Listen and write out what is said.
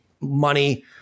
money